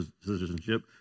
citizenship